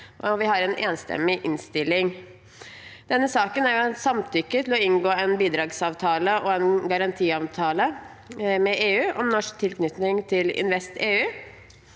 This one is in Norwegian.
tilknytning til InvestEU Denne saken er om samtykke til å inngå en bidragsavtale og en garantiavtale med EU om norsk tilknytning til InvestEU.